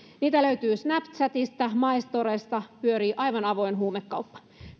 niitä löytyy snapchatista my storysta niissä pyörii aivan avoin huumekauppa